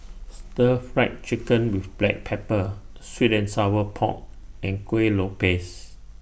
Stir Fry Chicken with Black Pepper Sweet and Sour Pork and Kuih Lopes